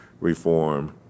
reform